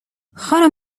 خانم